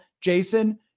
Jason